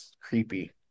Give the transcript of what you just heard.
creepy